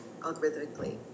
algorithmically